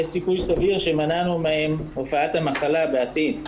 יש סיכוי סביר שמנענו מהן את הופעת המחלה בעתיד.